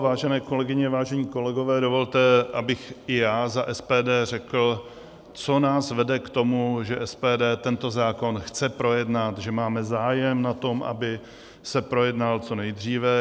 Vážené kolegyně, vážení kolegové, dovolte, abych i já za SPD řekl, co nás vede k tomu, že SPD tento zákon chce projednat, že máme zájem na tom, aby se projednal co nejdříve.